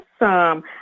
Awesome